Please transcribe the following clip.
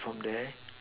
from there